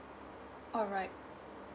alright